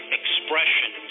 expression